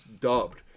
dubbed